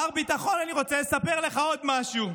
מר ביטחון, אני רוצה לספר לך עוד משהו: